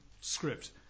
script